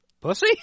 Pussy